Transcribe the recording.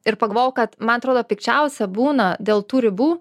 ir pagalvojau kad man atrodo pikčiausia būna dėl tų ribų